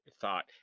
thought